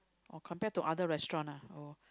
oh compared to other restaurants lah oh